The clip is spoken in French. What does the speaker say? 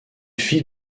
fit